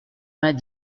vingt